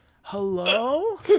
Hello